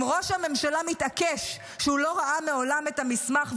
אם ראש הממשלה מתעקש שהוא לא ראה מעולם את המסמך,